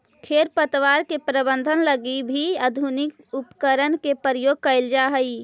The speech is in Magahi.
खरपतवार के प्रबंधन लगी भी आधुनिक उपकरण के प्रयोग कैल जा हइ